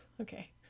Okay